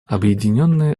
объединенные